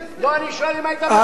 לא, אני שואל אם היית מסכים.